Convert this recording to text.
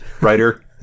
writer